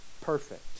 perfect